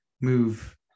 move